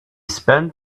spent